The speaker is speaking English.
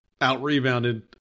out-rebounded